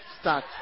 start